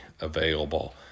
available